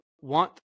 want